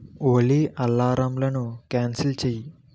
ఓలీ అలారంలను క్యాన్సిల్ చెయ్యి